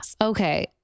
Okay